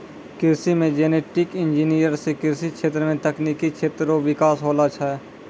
कृषि मे genetic engineer से कृषि क्षेत्र मे तकनिकी क्षेत्र रो बिकास होलो छै